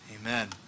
Amen